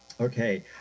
Okay